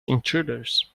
intruders